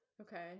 Okay